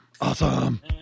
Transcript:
Awesome